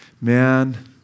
Man